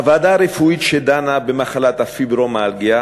הוועדה הרפואית שדנה במחלת הפיברומיאלגיה